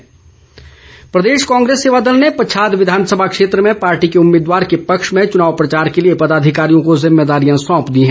कांग्रेस सेवादल प्रदेश कांग्रेस सेवा दल ने पच्छाद विधानसभा क्षेत्र में पार्टी के उम्मीदवार के पक्ष में चुनाव प्रचार के लिए पदाधिकारियों को जिम्मेदारियां सौंप दी है